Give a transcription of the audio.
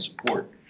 support